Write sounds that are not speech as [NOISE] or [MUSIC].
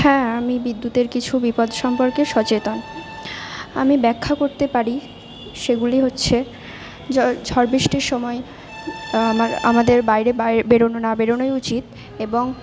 হ্যাঁ আমি বিদ্যুতের কিছু বিপদ সম্পর্কে সচেতন আমি ব্যাখ্যা করতে পারি সেগুলি হচ্ছে [UNINTELLIGIBLE] ঝড় বৃষ্টির সময় আমার আমাদের বাইরে বেরোনো না বেরোনোই উচিত এবং